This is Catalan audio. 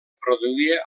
produïa